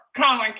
Colin